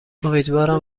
امیدوارم